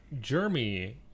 Jeremy